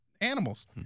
animals